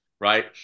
right